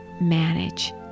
manage